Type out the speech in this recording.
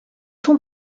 sont